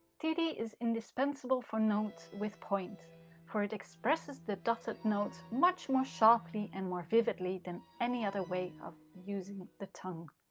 tiri is indispensable for notes with points for it expresses the dotted notes much more sharply and more vividly than any other way of using the tongue.